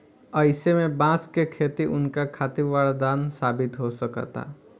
अईसे में बांस के खेती उनका खातिर वरदान साबित हो सकता